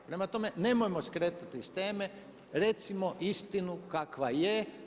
Prema tome, nemojmo skretati s teme, recimo istinu kakva je.